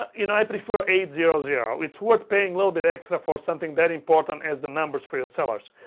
ah, you know, id' prefer eight zero zero. it's worth paying a little bit extra for something very important as the numbers for your sellers.